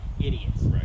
idiots